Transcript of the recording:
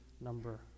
number